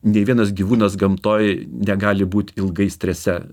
nei vienas gyvūnas gamtoj negali būt ilgai strese